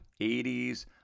80s